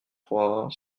trois